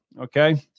okay